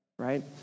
right